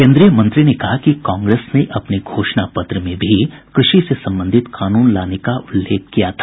श्री जावड़ेकर ने कहा कि कांग्रेस ने अपने घोषणा पत्र में भी कृषि से संबंधित कानून लाने का उल्लेख किया था